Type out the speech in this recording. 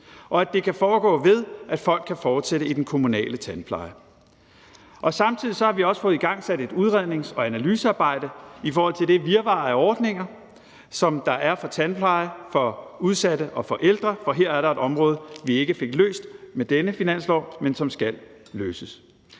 det. Det kan foregå ved, at folk kan fortsætte i den kommunale tandpleje. Samtidig har vi også fået igangsat et udrednings- og analysearbejde i forhold til det virvar af ordninger, som der er for tandpleje for udsatte og for ældre, for her er der et område, vi ikke fik løst med denne finanslov, men som skal løses.